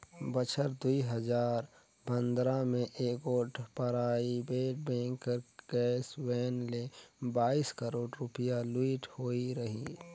बछर दुई हजार पंदरा में एगोट पराइबेट बेंक कर कैस वैन ले बाइस करोड़ रूपिया लूइट होई रहिन